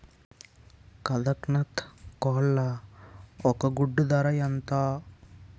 కదక్నత్ కోళ్ల ఒక గుడ్డు ధర ఎంత?